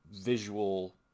visual